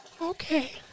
Okay